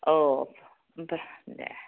औ दे